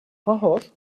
pahor